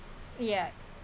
ya